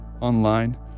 online